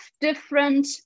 different